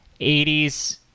80s